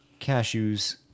cashews